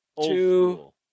Two